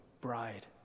bride